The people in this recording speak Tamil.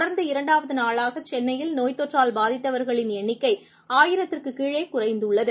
தொடர்ந்து இரண்டாவதுநாளாகசென்னையில் நோய்த் தொற்றால் பாதித்தவர்கள் எண்ணிக்கைஆயிரத்திற்குகீழேகுறைந்துள்ளது